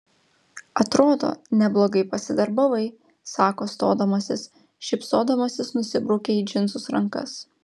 atrodo neblogai pasidarbavai sako stodamasis šypsodamasis nusibraukia į džinsus rankas